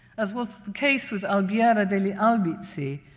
as was the case with albiera degli albizzi,